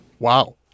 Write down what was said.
Wow